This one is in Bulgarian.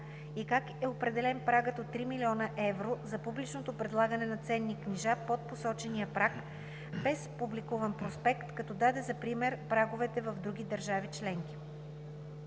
и как е определен прагът от 3 милиона евро за публичното предлагане на ценни книжа под посочения праг без публикуван проспект, като даде за пример праговете в други държави членки.